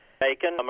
bacon